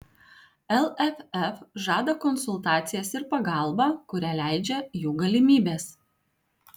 lff žada konsultacijas ir pagalbą kurią leidžia jų galimybės